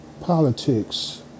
politics